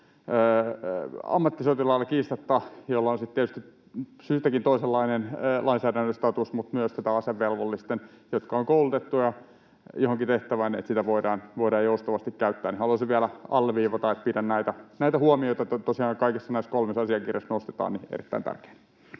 ammattisotilailla, joilla on sitten tietysti syystäkin toisenlainen lainsäädännöllinen status, että myös asevelvollisilla, jotka ovat koulutettuja johonkin tehtävään, niin että sitä voidaan joustavasti käyttää. Haluaisin vielä alleviivata, että pidän näitä huomioita, joita tosiaan kaikissa näissä kolmessa asiakirjassa nostetaan, erittäin tärkeinä.